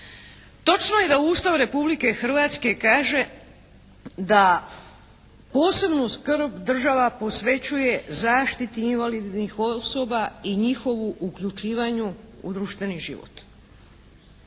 Točno je da Ustav Republike Hrvatske kaže da posebnu skrb država posvećuje zaštititi invalidnih osoba i njihovu uključivanju u društveni život.